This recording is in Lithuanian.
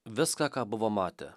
viską ką buvo matę